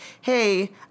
hey